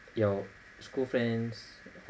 your school friends